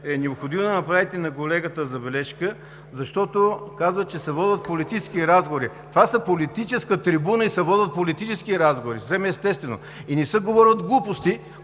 е необходимо да направите на колегата забележка, защото каза, че се водят политически разговори. Това е политическа трибуна и се водят политически разговори съвсем естествено. И не се говорят глупости,